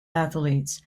athletes